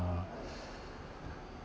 err